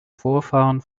vorfahren